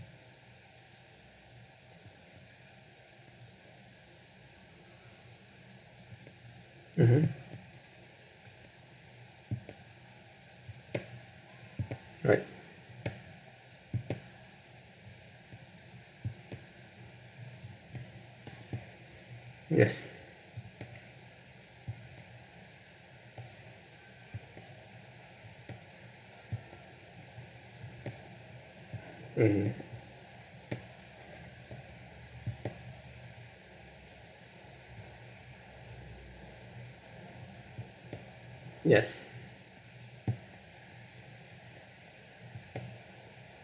mmhmm alright yes mm yes